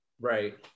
Right